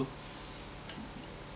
tak senonoh gitu eh